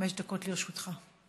חמש דקות לרשותך.